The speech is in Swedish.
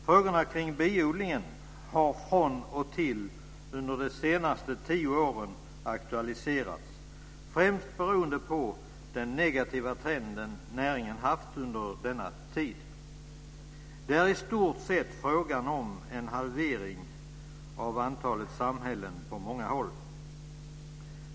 Frågorna kring biodlingen har från och till under de senaste tio åren aktualiserats, främst beroende på den negativa trend näringen haft under denna tid. Det är i stort sett fråga om en halvering av antalet samhällen på många håll.